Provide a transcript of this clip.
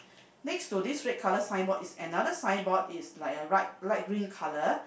next to this red colour signboard is another signboard is like a right light green colour